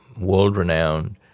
world-renowned